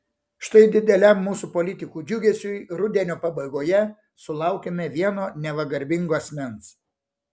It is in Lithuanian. štai dideliam mūsų politikų džiugesiui rudenio pabaigoje sulaukėme vieno neva garbingo asmens